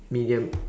medium